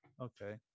Okay